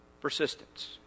persistence